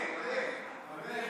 אמן.